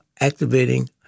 activating